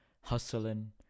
hustling